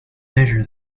measure